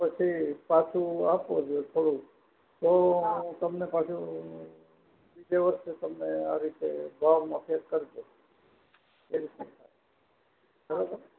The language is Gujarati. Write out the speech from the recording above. પછી પાછું આપો જે થોડું તો હું તમને પાછું બીજે વખતે તમને આ રીતે ભાવમાં ફેર કરી દઉં એ રીતના થાય બરાબર